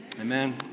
Amen